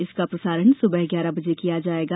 इसका प्रसारण सुबह ग्यारह बजे किया जायेगा